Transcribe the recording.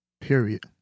Period